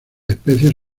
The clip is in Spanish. especies